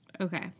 Okay